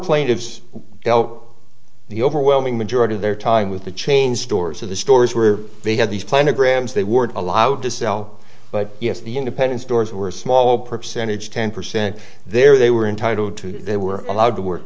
plaintiffs tell the overwhelming majority of their time with the chain stores of the stores where they had these planted grams they were allowed to sell but yes the independent stores were a small percentage ten percent there they were entitled to they were allowed to w